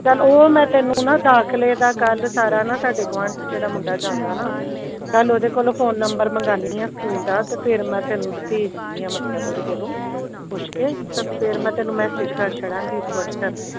ਚਲੋ ਉਹ ਮੈਂ ਤੈਨੂੰ ਨਾ ਦਾਖਲੇ ਦਾ ਕੱਲ੍ਹ ਸਾਰਾ ਨਾ ਸਾਡੇ ਗੁਆਂਢ 'ਚ ਜਿਹੜਾ ਮੁੰਡਾ ਜਾਂਦਾ ਨਾ ਕੱਲ੍ਹ ਉਹਦੇ ਕੋਲੋਂ ਫੋਨ ਨੰਬਰ ਮੰਗਾਉਂਦੀ ਆ ਸਕੂਲ ਦਾ ਅਤੇ ਫਿਰ ਮੈਂ ਤੈਨੂੰ ਭੇਜਦੀ ਆ ਮਤਲਬ ਉਹਦੇ ਕੋਲੋਂ ਪੁੱਛ ਕੇ ਤਾਂ ਫਿਰ ਮੈਂ ਤੈਨੂੰ ਮੈਸਿਜ਼ ਕਰ ਛੱਡਾਗੀਂ ਵ੍ਹਟਸਐਪ 'ਤੇ